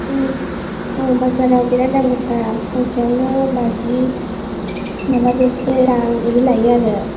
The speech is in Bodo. औ बाजाराव बिराद दाम गोसा फांसेयावनो बाजि नङा जौसे रां इदि लायो आरो